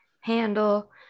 handle